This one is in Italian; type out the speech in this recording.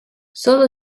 solo